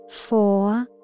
four